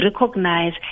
recognize